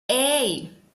hey